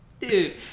dude